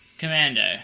Commando